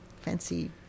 fancy